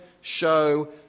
show